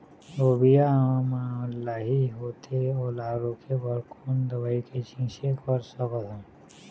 लोबिया मा लाही होथे ओला रोके बर कोन दवई के छीचें कर सकथन?